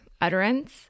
utterance